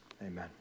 amen